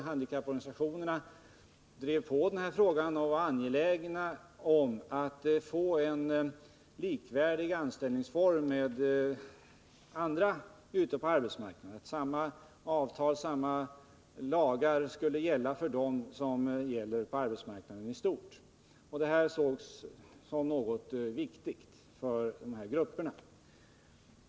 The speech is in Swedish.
Handikapporganisationerna drev på denna fråga och var angelägna om att få en anställningsform för arkivarbetare likvärdig med vad som gäller för andra ute på arbetsmarknaden. De ville alltså att samma avtal och lagar skulle gälla för arkivarbetarna som de som gäller för arbetsmarknaden i övrigt. Detta krav ansågs vara viktigt för dessa grupper.